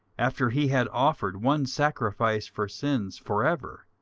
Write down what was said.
after he had offered one sacrifice for sins for ever,